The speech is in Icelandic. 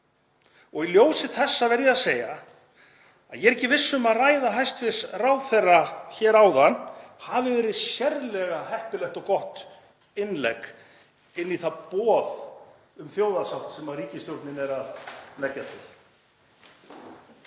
ár. Í ljósi þessa verð ég að segja að ég er ekki viss um að ræða hæstv. ráðherra hér áðan hafi verið sérlega heppilegt og gott innlegg inn í það boð um þjóðarsátt sem ríkisstjórnin er að leggja til.